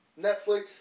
Netflix